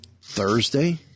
Thursday